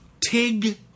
Tig